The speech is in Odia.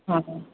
ହଁ ହଁ